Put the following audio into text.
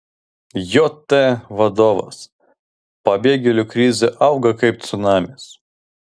jt vadovas pabėgėlių krizė auga kaip cunamis